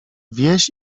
wieś